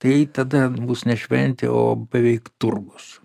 tai tada bus ne šventė o beveik turgus